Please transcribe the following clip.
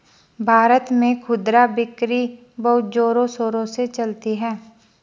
भारत में खुदरा बिक्री बहुत जोरों शोरों से चलती है